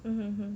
mmhmm hmm